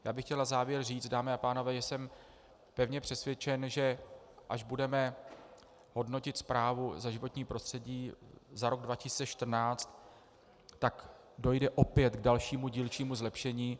Na závěr bych chtěl říct, dámy a pánové, že jsem pevně přesvědčen, že až budeme hodnotit zprávu za životní prostředí za rok 2014, tak dojde opět k dalšímu dílčímu zlepšení.